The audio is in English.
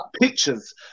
pictures